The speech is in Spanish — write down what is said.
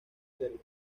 serbia